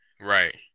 right